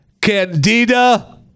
candida